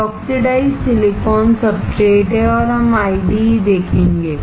यह oxidised silicon substrate है और हम आईडीई देखेंगे